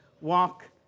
walk